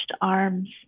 arms